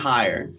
Higher